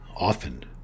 often